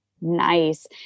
Nice